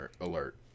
alert